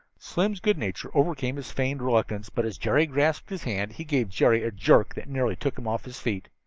slim's good nature overcame his feigned reluctance, but as jerry grasped his hand he gave jerry a jerk that nearly took him off his feet.